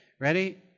Ready